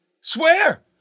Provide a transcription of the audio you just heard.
Swear